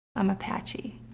i'm apache,